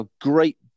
great